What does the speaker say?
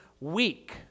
weak